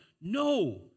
No